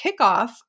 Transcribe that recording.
kickoff